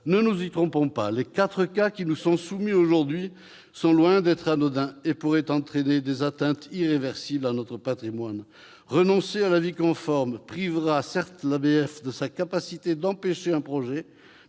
Ne nous y trompons pas, les quatre cas qui nous sont soumis aujourd'hui sont loin d'être anodins et pourraient entraîner des atteintes irréversibles à notre patrimoine. Renoncer à l'avis conforme privera certes l'ABF de sa capacité d'empêcher un projet,